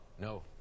No